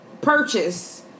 purchase